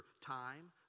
time